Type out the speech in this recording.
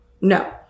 No